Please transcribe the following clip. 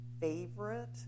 favorite